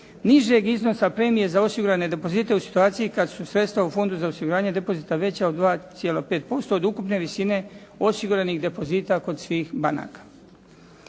nižeg iznosa premije za osigurane depozite u situaciji kad su sredstva u Fondu za osiguranje depozita veća od 2,5% od ukupne visine osiguranih depozita kod svih banaka.